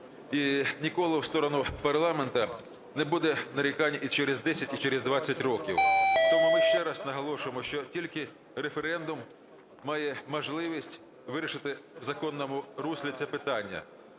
і ніколи в сторону парламенту не буде нарікань і через 10, і через 20 років. Тому ми ще раз наголошуємо, що тільки референдум має можливість вирішити в законному руслі це питання.